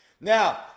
Now